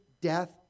death